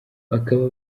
bakaba